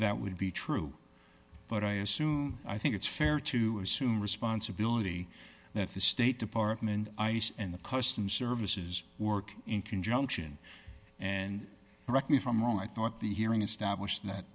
that would be true but i assume i think it's fair to assume responsibility that the state department ice and the customs service is working in conjunction and correct me if i'm wrong i thought the hearing established that